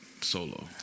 Solo